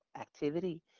activity